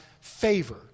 favor